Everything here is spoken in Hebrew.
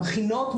הבחינות,